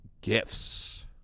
gifts